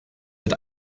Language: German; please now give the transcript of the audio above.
wird